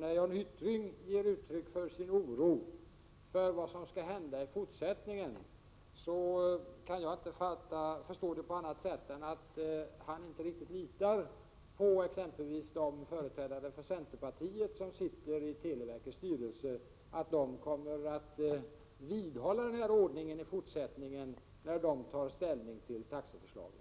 När Jan Hyttring ger uttryck för sin oro för vad som skall hända i fortsättningen kan jag inte förstå det på annat sätt än att han inte riktigt litar på att de företrädare för centerpartiet som sitter i televerkets styrelse kommer att vidhålla denna ordning i fortsättningen när de tar ställning till taxeförslagen.